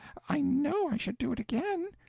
i know i should do it again.